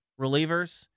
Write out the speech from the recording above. relievers